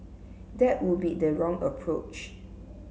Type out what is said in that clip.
that would be the wrong approach